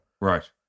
Right